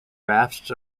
rafts